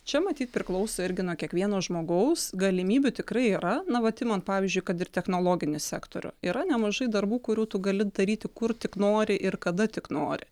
čia matyt priklauso irgi nuo kiekvieno žmogaus galimybių tikrai yra na vat imant pavyzdžiui kad ir technologinį sektorių yra nemažai darbų kurių tu gali daryti kur tik nori ir kada tik nori